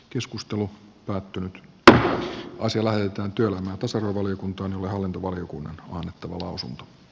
keskustelu päättyi b asialla heidän työlleen tasarov oli minulle hallintovaliokunnan on kova lausunto c